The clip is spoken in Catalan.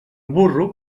burro